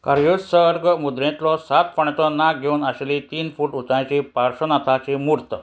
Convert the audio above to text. कार्योस्र्ग मुद्रेतलो सात फोण्याचो नाग घेवन आशिल्ली तीन फूट उंचायची पार्सोनाताची मुर्त